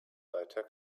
seither